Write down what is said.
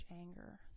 anger